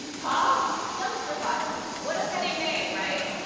ah dumpster fire, what a fitting name, right.